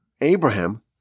Abraham